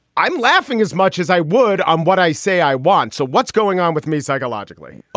i'm laughing as much as i would on what i say i want. so what's going on with me? psychologically,